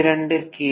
42 K